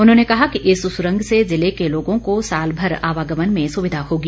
उन्होंने कहा कि इस सुरंग से जिले के लोगों को साल भर आवागमन में सुविधा होगी